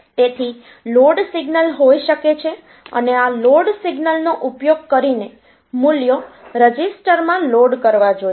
તેથી load signal હોઈ શકે છે અને આ લોડ સિગ્નલનો ઉપયોગ કરીને મૂલ્યો રજિસ્ટરમાં લોડ કરવા જોઈએ